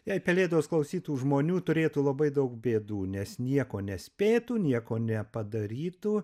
jei pelėdos klausytų žmonių turėtų labai daug bėdų nes nieko nespėtų nieko nepadarytų